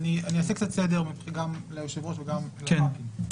אני אעשה קצת סדר גם ליושב-ראש וגם לח"כים.